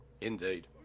Indeed